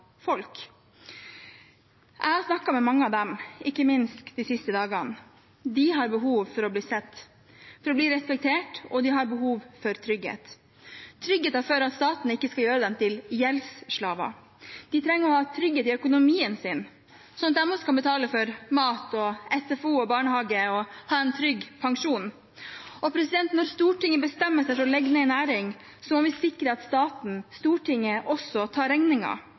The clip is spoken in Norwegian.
folk. Jeg har snakket med mange av dem, ikke minst de siste dagene. De har behov for å bli sett og for å bli respektert, og de har behov for trygghet – trygghet for at staten ikke skal gjøre dem til gjeldsslaver. De trenger å ha trygghet i økonomien sin, slik at de også kan betale for mat, SFO og barnehage og ha en trygg pensjon. Og når Stortinget bestemmer seg for å legge ned en næring, må vi sikre at staten, Stortinget, også tar